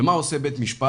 ומה עוד עושה בית המשפט?